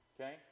Okay